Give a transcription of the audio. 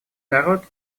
народ